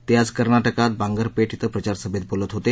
ते आज कर्नाटकात बागंरपेट इथं प्रचारसभेत बोलत होते